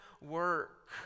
work